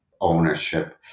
ownership